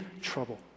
trouble